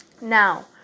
Now